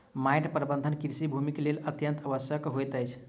माइट प्रबंधन कृषि भूमिक लेल अत्यंत आवश्यक होइत अछि